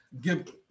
give